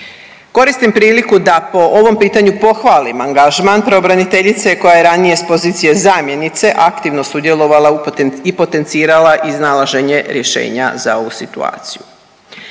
Koristim priliku da po ovom pitanju pohvalim angažman pravobraniteljice koja je ranije s pozicije zamjenice aktivno sudjelovala i potencirala iznalaženje rješenja za ovu situaciju.